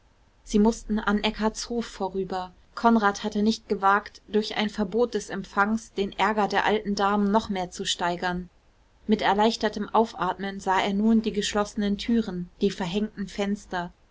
sie mußten an eckartshof vorüber konrad hatte nicht gewagt durch ein verbot des empfangs den ärger der alten damen noch mehr zu steigern mit erleichtertem aufatmen sah er nun die geschlossenen türen die verhängten fenster